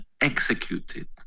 executed